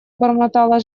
бормотала